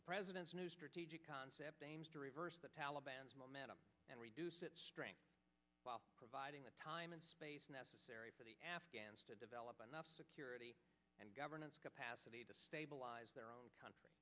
the president's new strategic concept aims to reverse the taliban's momentum and reduce its strength while providing the time and space necessary for the afghans to develop enough security and governance capacity to stabilize their own country